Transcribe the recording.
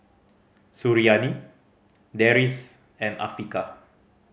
Suriani Deris and Afiqah